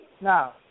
Now